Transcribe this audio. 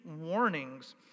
warnings